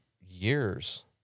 years